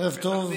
ערב טוב.